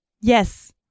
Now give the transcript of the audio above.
Yes